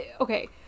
okay